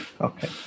Okay